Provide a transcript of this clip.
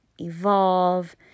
evolve